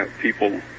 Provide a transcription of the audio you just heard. people